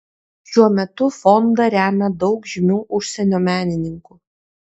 šiuo metu fondą remia daug žymių užsienio menininkų